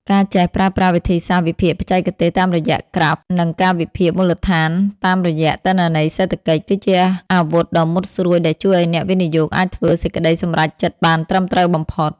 ការចេះប្រើប្រាស់វិធីសាស្ត្រវិភាគបច្ចេកទេសតាមរយៈក្រាហ្វ និងការវិភាគមូលដ្ឋានតាមរយៈទិន្នន័យសេដ្ឋកិច្ច គឺជាអាវុធដ៏មុតស្រួចដែលជួយឱ្យអ្នកវិនិយោគអាចធ្វើសេចក្ដីសម្រេចចិត្តបានត្រឹមត្រូវបំផុត។